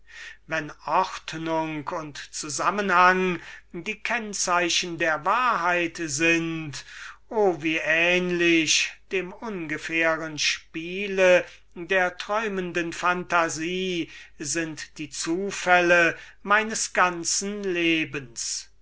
wenn ordnung und zusammenhang die kennzeichen der wahrheit sind o wie ähnlich dem ungefähren spiel der träumenden phantasie sind die zufälle meines ganzen lebens